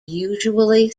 usually